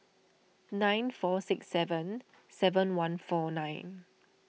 nine four six seven seven one four nine